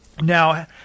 Now